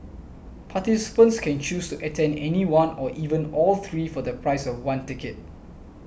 participants can choose to attend any one or even all three for the price of one ticket